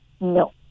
No